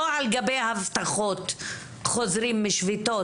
לא על גבי הבטחות חוזרים משביתות.